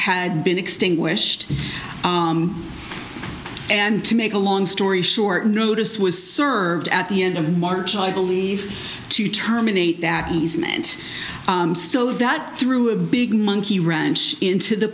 had been extinguished and to make a long story short notice was served at the end of march i believe to terminate that easement that threw a big monkey wrench into the